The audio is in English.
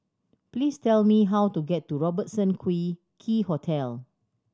please tell me how to get to Robertson Quay Hotel